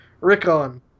Rickon